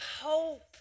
hope